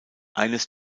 eines